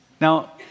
Now